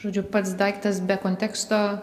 žodžiu pats daiktas be konteksto